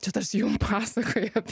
čia tarsi jum pasakojat